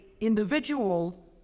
individual